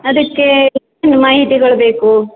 ಅದಕ್ಕೆ ಹೆಚ್ಚಿನ ಮಾಹಿತಿಗಳು ಬೇಕು